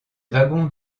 wagons